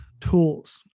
tools